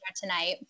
tonight